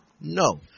No